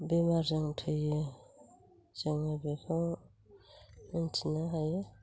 बेमारजों थैयो जोङो बेखौ मोन्थिनो हायो